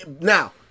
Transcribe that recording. now